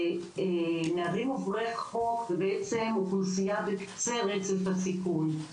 נערים עוברי חוק זה בעצם אוכלוסייה בקצה רצף הסיכון.